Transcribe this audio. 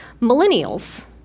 millennials